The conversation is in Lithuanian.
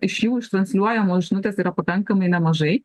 iš jų ištransliuojamos žinutės yra pakankamai nemažai